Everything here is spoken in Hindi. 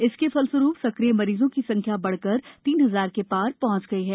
इसके फलस्वरूप सक्रिय मरीजों की संख्या बढ़कर तीन हजार के पार पहुंच गई है